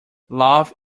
love